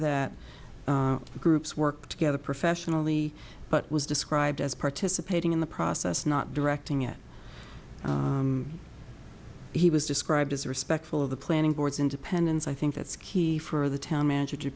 that groups work together professionally but was described as participating in the process not directing it he was described as respectful of the planning board's independence i think that's key for the town manager to